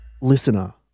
Listener